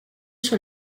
sur